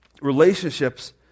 relationships